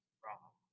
wrong